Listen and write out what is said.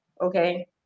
okay